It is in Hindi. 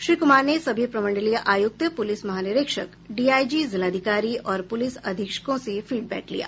श्री कुमार ने सभी प्रमंडलीय आयुक्त पुलिस महानिरीक्षक डीआईजी जिलाधिकारी और पुलिस अधीक्षकों से फीडबैक लिया